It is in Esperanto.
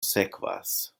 sekvas